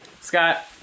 Scott